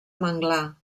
manglar